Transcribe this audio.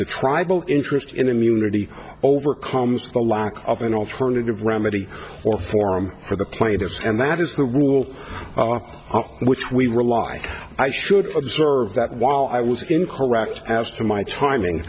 the tribal interest in immunity overcomes the lack of an alternative remedy or forum for the plaintiffs and that is the rule which we rely i should observe that while i was incorrect as to my trying